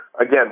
again